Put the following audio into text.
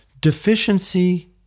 deficiency